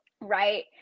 Right